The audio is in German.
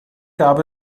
gab